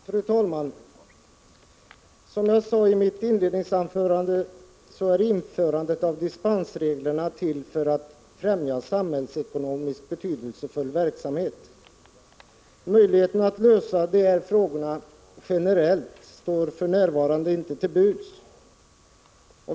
Fru talman! Som jag sade i mitt inledningsanförande är de föreslagna dispensreglerna till för att främja samhällsekonomiskt betydelsefull verksamhet. Möjligheten att lösa de här problemen generellt står för närvarande inte till buds.